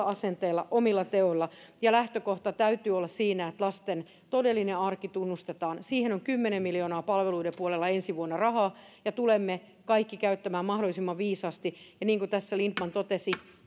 asenteillamme omilla teoillamme ja lähtökohdan täytyy olla siinä että lasten todellinen arki tunnustetaan siihen on kymmenen miljoonaa palveluiden puolella ensi vuonna rahaa ja tulemme kaikki käyttämään mahdollisimman viisaasti niin kuin tässä lindtman totesi